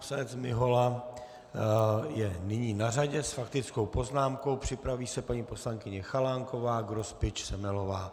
Pan poslanec Mihola je nyní na řadě s faktickou poznámkou, připraví se paní poslankyně Chalánková, Grospič, Semelová.